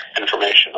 information